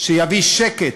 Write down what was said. שיביא שקט,